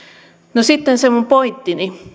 no sitten se minun pointtini